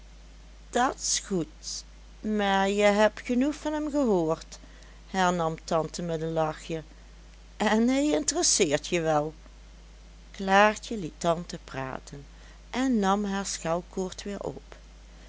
dat's goed maar je hebt genoeg van hem gehoord hernam tante met een lachje en hij interesseert je wel klaartje liet tante praten en nam haar schelkoord weer op